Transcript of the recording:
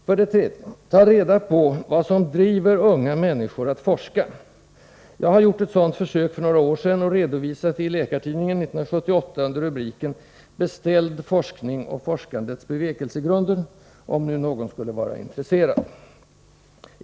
För det tredje: Tag reda på vad som driver unga människor att forska! Jag har gjort ett sådant försök för några år sedan och redovisat det i Läkartidningen år 1978 under rubriken ”Beställd forskning och forskandets bevekelsegrunder” — om nu någon skulle vara intresserad.